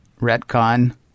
Retcon